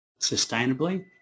sustainably